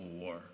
War